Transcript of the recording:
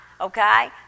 Okay